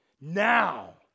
Now